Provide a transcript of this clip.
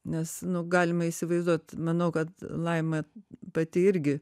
nes nu galima įsivaizduot manau kad laima pati irgi